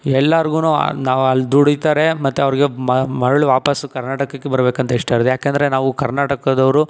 ಎಲ್ಲರ್ಗೂ ನಾವು ಅಲ್ಲಿ ದುಡಿತಾರೆ ಮತ್ತು ಅವ್ರಿಗೆ ಮ ಮರಳಿ ವಾಪಸ್ಸು ಕರ್ನಾಟಕಕ್ಕೆ ಬರಬೇಕಂತ ಇಷ್ಟ ಇರುತ್ತೆ ಏಕಂದ್ರೆ ನಾವು ಕರ್ನಾಟಕದವರು